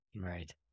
Right